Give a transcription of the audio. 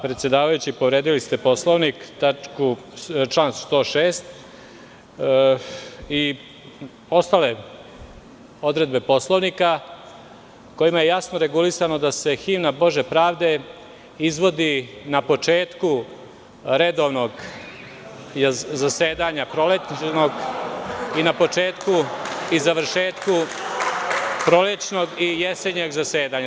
Predsedavajući, povredili ste Poslovnik, član 106. i ostale odredbe Poslovnika, kojima je jasno regulisano da se himna "Bože pravde" izvodi na početku redovnog zasedanja prolećnog i na početku i završetku prolećnog i jesenjeg zasedanja.